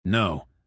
No